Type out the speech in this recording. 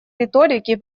риторики